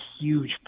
huge